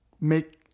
make